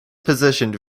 positioned